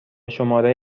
شماره